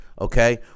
okay